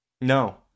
No